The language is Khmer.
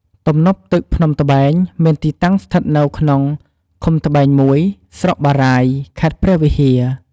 ទំនប់ទឹកភ្នំត្បែង មានទីតាំងស្ថិតនៅក្នុង ឃុំត្បែង ១ ស្រុកបារាយណ៍ ខេត្តព្រះវិហារ។